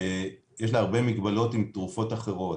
שיש לה הרבה מגבלות עם תרופות אחרות.